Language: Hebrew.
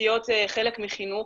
תשתיות זה חלק מחינוך,